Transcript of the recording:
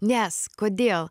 nes kodėl